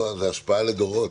זה השפעה לדורות.